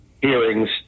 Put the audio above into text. hearings